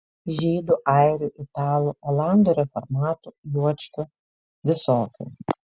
žydų airių italų olandų reformatų juočkių visokių